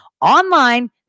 online